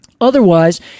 Otherwise